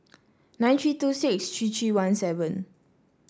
nine three two six three three one seven